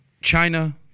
China